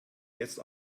jetzt